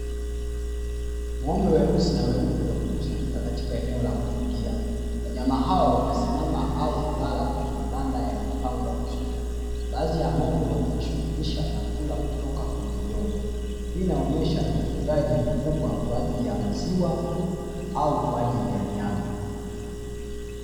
Ng'ombe weusi na weupe wamekusanyika katika eneo la kufugia. Wanyama hao wanasimama au kulala kwenye mabanda yaliyopangwa vizuri. Baadhi ya ng'ombe wanajishughulisha na kula kutoka kwenye vyombo, hii inaonyesha ufugaji mkubwa kwa ajili ya maziwa au kwa ajili ya nyama.